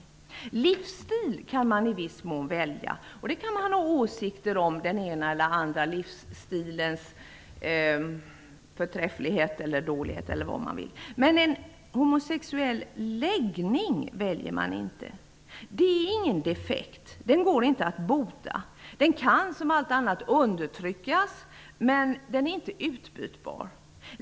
En livsstil kan man i viss mån välja, och man kan ha åsikter om den ena eller den andra livsstilens förträfflighet eller fördärvlighet. Men en homosexuell läggning väljer man inte. Den är ingen defekt och går inte att bota. Den kan, som allt annat, undertryckas, men den är inte utbytbar.